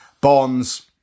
Bonds